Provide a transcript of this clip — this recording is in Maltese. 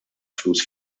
flus